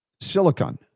silicon